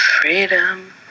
freedom